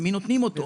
למי נותנים אותו.